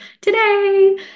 today